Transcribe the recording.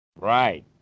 Right